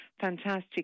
fantastic